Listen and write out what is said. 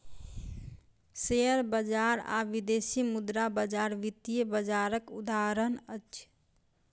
share बजार आ विदेशी मुद्रा बजार वित्तीय बजारक उदाहरण अछि